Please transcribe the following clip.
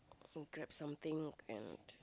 go grab something and